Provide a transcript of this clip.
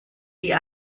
die